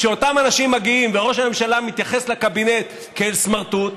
כשאותם אנשים מגיעים וראש הממשלה מתייחס לקבינט כאל סמרטוט,